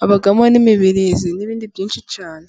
habamo n'imibirizi n'ibindi byinshi cyane.